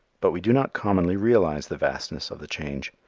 but we do not commonly realize the vastness of the change.